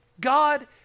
God